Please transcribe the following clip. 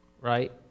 right